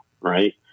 right